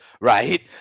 right